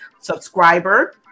subscriber